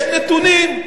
יש נתונים,